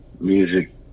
Music